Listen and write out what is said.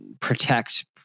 protect